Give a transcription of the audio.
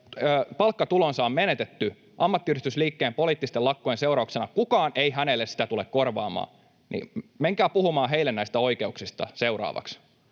palkkatulonsa on menetetty ammattiyhdistysliikkeen poliittisten lakkojen seurauksena, ei hänelle tule kukaan korvaamaan. Menkää puhumaan heille näistä oikeuksista seuraavaksi: